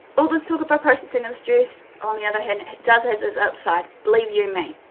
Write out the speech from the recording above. all this talk about processing and stress on the other hand does has its upside. believe, you me!